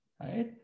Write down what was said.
right